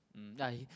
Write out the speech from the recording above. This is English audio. um ya he